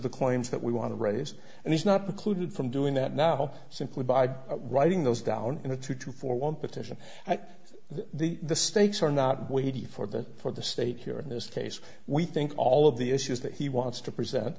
the claims that we want to raise and he's not precluded from doing that now simply by writing those down in a two two four one petition the the stakes are not weighty for the for the state here in this case we think all of the issues that he wants to present